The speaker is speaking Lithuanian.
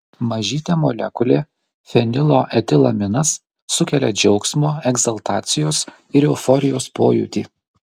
mažytė molekulė fenilo etilaminas sukelia džiaugsmo egzaltacijos ir euforijos pojūtį